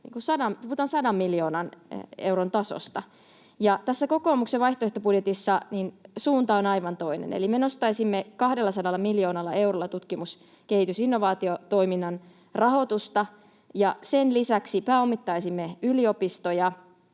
puhutaan sadan miljoonan euron tasosta. Tässä kokoomuksen vaihtoehtobudjetissa suunta on aivan toinen, eli me nostaisimme 200 miljoonalla eurolla tutkimus‑, kehitys‑ ja innovaatiotoiminnan rahoitusta ja sen lisäksi pääomittaisimme yliopistoja.